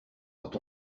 quand